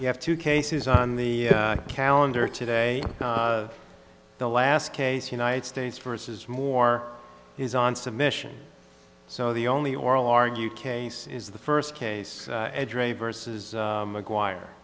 you have two cases on the calendar today the last case united states versus more is on submission so the only oral argue case is the first case versus mcguire